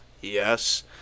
Yes